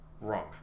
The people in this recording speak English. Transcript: wrong